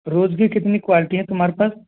रोज की कितनी क्वालिटी हैं तुम्हारे पास